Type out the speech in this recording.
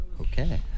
Okay